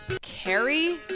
Carrie